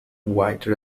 white